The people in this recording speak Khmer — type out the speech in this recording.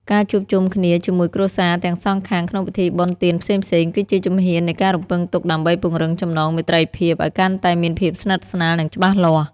ការជួបជុំគ្នាជាមួយគ្រួសារទាំងសងខាងក្នុងពិធីបុណ្យទានផ្សេងៗ គឺជាជំហាននៃការរំពឹងទុកដើម្បីពង្រឹងចំណងមេត្រីភាពឱ្យកាន់តែមានភាពស្និទ្ធស្នាល និងច្បាស់លាស់។